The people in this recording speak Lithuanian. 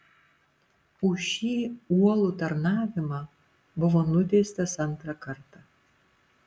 už šį uolų tarnavimą buvo nuteistas antrą kartą